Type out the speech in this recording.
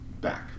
back